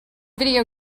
video